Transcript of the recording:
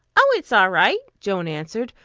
oh, it's all right, joan answered,